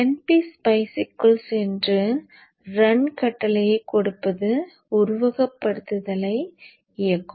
ngSpice க்குள் சென்று run கட்டளையைச் கொடுப்பது உருவகப்படுத்துதலை இயக்கும்